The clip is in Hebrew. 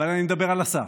אבל אני מדבר על אסף.